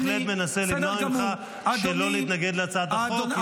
אני בהחלט מנסה למנוע ממך שלא להתנגד להצעת החוק,